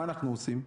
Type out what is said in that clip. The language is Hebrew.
מה אנחנו עושים?